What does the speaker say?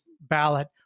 ballot